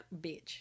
bitch